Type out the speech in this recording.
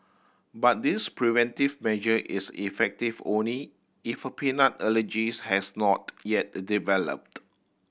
but this preventive measure is effective only if a peanut allergies has not yet developed